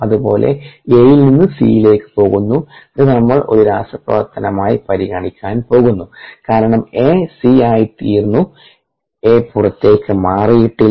അതുപോലെ Aൽ നിന്നും C ലേക്ക് പോകുന്നു ഇത് നമ്മൾ ഒരു രാസപ്രവർത്തനമായി പരിഗണിക്കാൻ പോകുന്നു കാരണം A C ആയിത്തീർന്നു A പുറത്തേക്ക് മാറിയിട്ടില്ല